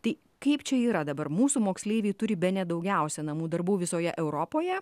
tai kaip čia yra dabar mūsų moksleiviai turi bene daugiausiai namų darbų visoje europoje